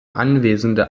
anwesende